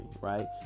Right